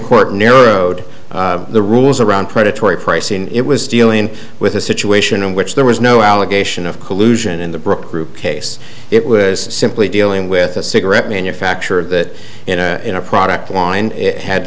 court narrowed the rules around predatory pricing it was dealing with a situation in which there was no allegation of collusion in the brook group case it was simply dealing with a cigarette manufacturer that in a product line it had